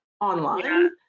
online